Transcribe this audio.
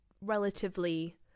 relatively